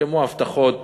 כמו הבטחות